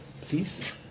Please